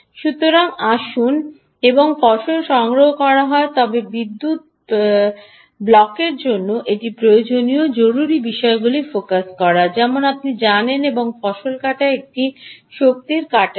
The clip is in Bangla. সুতরাং আসুন এবং ফসল সংগ্রহ করা হয় তবে বিদ্যুৎ ব্লকের জন্য এটি প্রয়োজনীয় জরুরী বিষয়গুলিতে ফোকাস করা যেমন আপনি জানেন এবং ফসল কাটা একটি শক্তি কাটার কী